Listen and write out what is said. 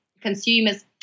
Consumers